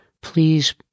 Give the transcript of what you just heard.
Please